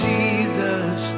Jesus